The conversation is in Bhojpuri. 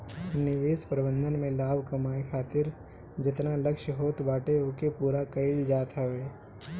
निवेश प्रबंधन में लाभ कमाए खातिर जेतना लक्ष्य होत बाटे ओके पूरा कईल जात हवे